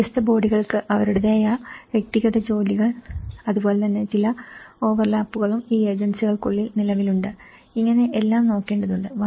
വ്യത്യസ്ത ബോഡികൾക്ക് അവരുടേതായ വ്യക്തിഗത ജോലികൾ അതുപോലെ തന്നെ ചില ഓവർലാപ്പുകളും ഈ ഏജൻസികൾക്കുള്ളിൽ നിലവിലുണ്ട് ഇങ്ങനെ എല്ലാം നോക്കേണ്ടതുണ്ട്